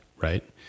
right